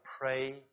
pray